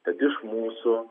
kad iš mūsų